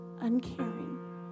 uncaring